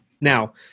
Now